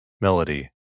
melody